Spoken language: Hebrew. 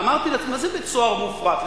ואמרתי לעצמי: מה זה בית-סוהר מופרט?